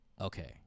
okay